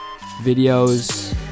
videos